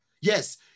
Yes